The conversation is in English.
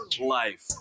life